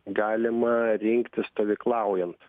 galima rinkti stovyklaujant